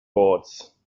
boards